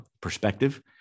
perspective